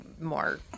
more